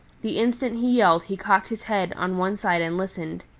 the instant he yelled he cocked his head on one side and listened.